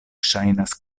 ŝajnas